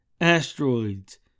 Asteroids